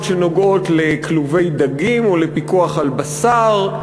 שנוגעות לכלובי דגים או לפיקוח על בשר,